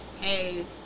Hey